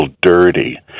dirty